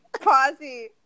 posse